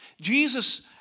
Jesus